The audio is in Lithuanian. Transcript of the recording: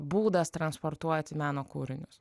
būdas transportuoti meno kūrinius